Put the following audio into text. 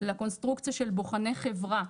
לקונסטרוקציה של בוחני חברה.